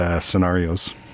scenarios